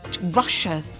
Russia